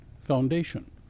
Foundation